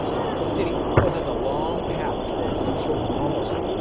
the city still has a long path towards some sort of normalcy.